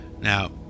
now